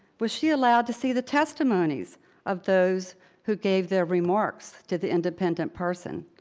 was she allowed to see the testimonies of those who gave their remarks to the independent person?